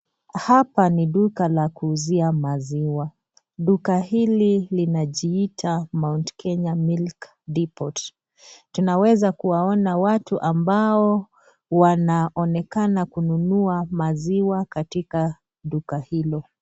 Hapa ni duka la kuuzia maziwa duka hili linajiita 'Mount Kenya Milk Depot'.Tunaweza kuwaona watu ambao wanaonekana kununua maziwa katika duka hilo.